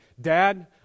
Dad